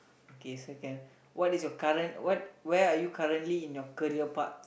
okay second what is your current what where are you currently in your career part